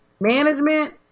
management